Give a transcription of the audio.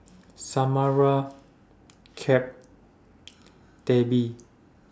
Samara Cap and Debbie